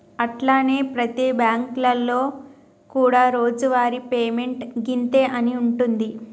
అట్లనే ప్రతి బ్యాంకులలో కూడా రోజువారి పేమెంట్ గింతే అని ఉంటుంది